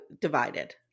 divided